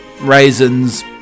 raisins